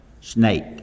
Snake